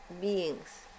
beings